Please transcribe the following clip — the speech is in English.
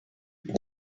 got